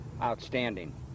outstanding